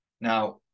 Now